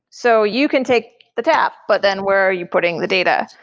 so you can take the tap, but then where are you putting the data?